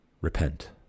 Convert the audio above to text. Repent